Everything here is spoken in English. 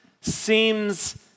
seems